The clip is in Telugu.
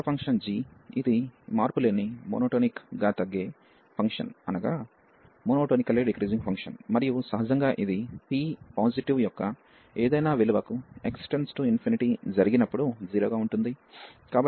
ఇతర ఫంక్షన్ g ఇది మార్పులేని మోనోటోనిక్ గా గా తగ్గే ఫంక్షన్ మరియు సహజంగా ఇది p పాజిటివ్ యొక్క ఏదైనా విలువకు x→∞ జరిగినప్పుడు 0 గా ఉంటుంది